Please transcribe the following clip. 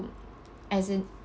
as it